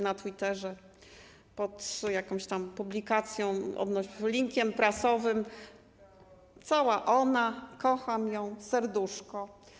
Na Twitterze pod jakąś tam publikacją, linkiem prasowym: cała ona, kocham ją, serduszko.